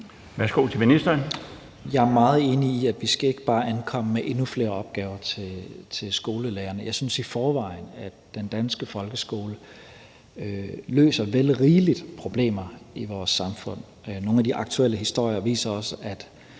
(Mattias Tesfaye): Jeg er meget enig i, at vi ikke bare skal ankomme med endnu flere opgaver til skolelærerne. Jeg synes i forvejen, at den danske folkeskole løser vel rigeligt problemer i vores samfund. Nogle af de aktuelle historier viser også, at